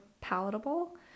palatable